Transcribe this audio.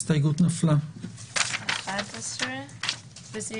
הצבעה הסתייגות 10 לא אושרה.